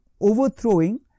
overthrowing